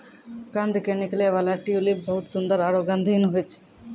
कंद के निकलै वाला ट्यूलिप बहुत सुंदर आरो गंधहीन होय छै